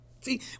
See